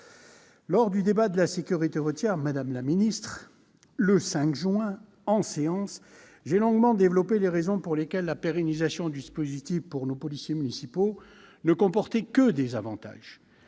sur la sécurité routière, le 5 juin dernier, j'ai longuement développé les raisons pour lesquelles la pérennisation du dispositif pour nos policiers municipaux ne comportait que des avantages.